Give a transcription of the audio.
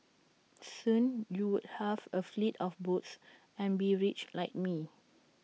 soon you'd have A fleet of boats and be rich like me